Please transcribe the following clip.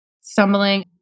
stumbling